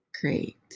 great